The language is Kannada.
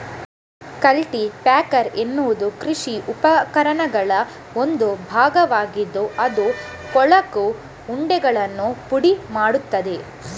ಕಲ್ಟಿ ಪ್ಯಾಕರ್ ಎನ್ನುವುದು ಕೃಷಿ ಉಪಕರಣಗಳ ಒಂದು ಭಾಗವಾಗಿದ್ದು ಅದು ಕೊಳಕು ಉಂಡೆಗಳನ್ನು ಪುಡಿ ಮಾಡುತ್ತದೆ